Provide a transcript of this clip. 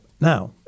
now